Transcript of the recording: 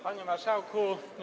Panie Marszałku!